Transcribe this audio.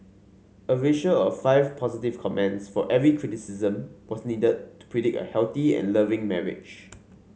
a ratio of five positive comments for every criticism was needed to predict a healthy and loving marriage